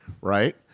right